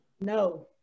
No